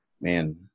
Man